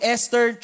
Esther